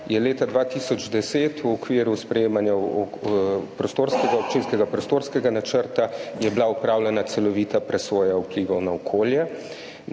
leta 2010 v okviru sprejemanja prostorskega občinskega prostorskega načrta, je bila opravljena celovita presoja vplivov na okolje,